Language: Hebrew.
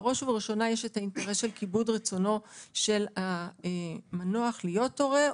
בראש ובראשונה יש את האינטרס של כיבוד רצונו של המנוח להיות הורה,